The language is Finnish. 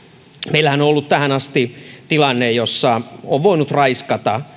meillähän on ollut tähän asti tilanne jossa on voinut raiskata